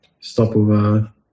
stopover